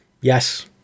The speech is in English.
Yes